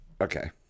Okay